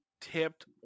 tipped